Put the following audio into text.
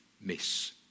miss